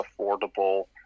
affordable